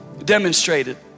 demonstrated